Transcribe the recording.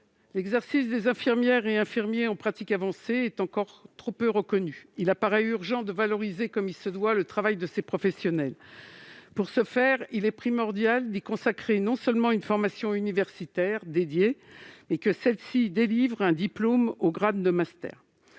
L'exercice des infirmières et infirmiers en pratique avancée est encore trop peu reconnu- c'est un fait. Il apparaît urgent de valoriser comme il se doit le travail de ces professionnels. Pour ce faire, il est primordial d'y consacrer une formation universitaire spécifique et que celle-ci délivre un diplôme au grade de master.